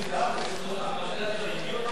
יש מלאי, מחסור של 100,000 יחידות דיור.